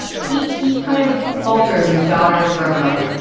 he he kind of falters and daughters for a moment.